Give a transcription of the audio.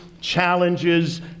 challenges